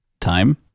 time